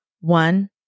One